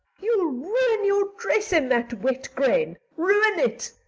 you'll ruin your dress in that wet grain. ruin it.